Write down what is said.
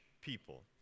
people